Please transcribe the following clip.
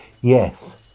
Yes